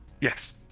Yes